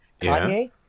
Kanye